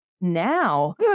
now